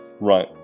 Right